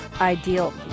ideal